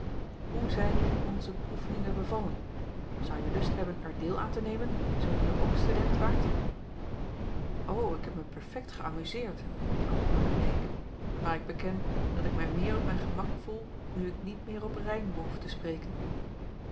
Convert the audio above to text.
hoe zijn u onze oefeningen bevallen zouje lust hebben er deel aan te nemen zoo je hier ook student waart o ik heb mij perfekt geämuzeerd antwoordde bleek maar ik beken dat ik mij meer op mijn gemak voel nu ik niet meer op rijm behoef te spreken